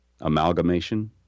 amalgamation